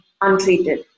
untreated